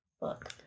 look